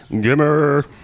Gimmer